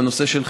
בנושא של חינוך,